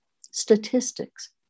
statistics